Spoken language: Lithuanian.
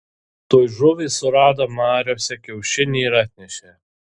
tuoj žuvys surado mariose kiaušinį ir atnešė